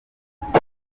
nk’uko